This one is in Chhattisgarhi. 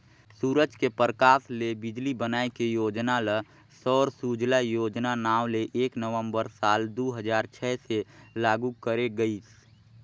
सूरज के परकास ले बिजली बनाए के योजना ल सौर सूजला योजना नांव ले एक नवंबर साल दू हजार छै से लागू करे गईस